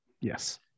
Yes